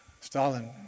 Stalin